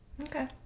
okay